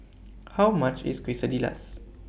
How much IS Quesadillas